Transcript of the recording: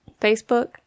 Facebook